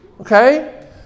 Okay